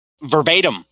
verbatim